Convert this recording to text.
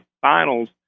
Finals